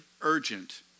urgent